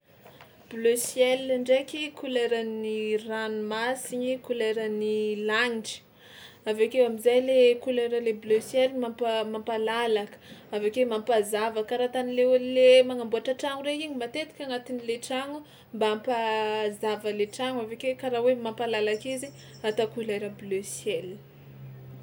Bleu ciel ndraiky koleran'ny ranomasigny, koleran'ny lagnitry, avy akeo am'zay le kolera le bleu ciel mampa- mampalalaka, avy ake mampahazava karaha tany le olo le magnamboatra tragno regny igny matetika agnatin'le tragno mba hampahazava le tragno avy ake karaha hoe mampalalaka izy atao kolera bleu ciel.